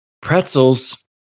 pretzels